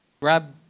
grab